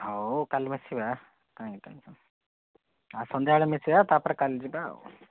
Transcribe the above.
ହଉ କାଲି ମିଶିବା କାହିଁକି ଟେନସନ୍ ସନ୍ଧ୍ୟାବେଳେ ମିଶିବା ତାପରେ କାଲି ଯିବା ଆଉ